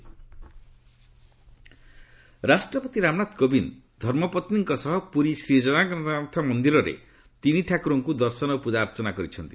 ପ୍ରେଜ୍ ଓଡ଼ିଶା ରାଷ୍ଟ୍ରପତି ରାମନାଥ କୋବିନ୍ଦ ଧର୍ମପତ୍ନୀଙ୍କ ସହ ପୁରୀ ଶ୍ରୀଜଗନ୍ନାଥ ମନ୍ଦିରରେ ତିନିଠାକୁରଙ୍କୁ ଦର୍ଶନ ଓ ପୂକାର୍ଚ୍ଚନା କରିଛନ୍ତି